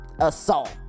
assault